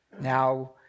Now